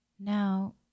Now